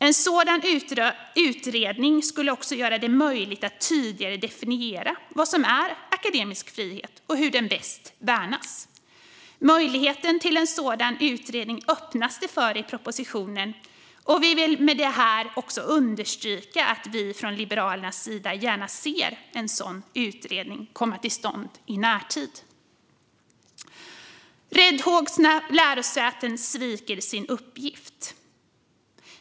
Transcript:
En sådan utredning skulle också göra det möjligt att tydligare definiera vad som är akademisk frihet och hur den bäst värnas. Möjligheten till en sådan utredning öppnas det för i propositionen, och vi vill med detta understryka att vi från Liberalernas sida gärna ser att en sådan utredning kommer till stånd i närtid. Räddhågsna lärosäten sviker sin uppgift.